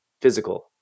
physical